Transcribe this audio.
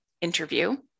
interview